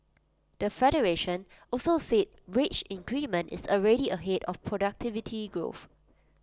the federation also said wage increment is already ahead of productivity growth